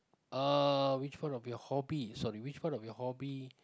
uh which part of your hobby sorry which part of your hobby